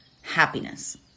happiness